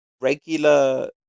regular